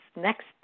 next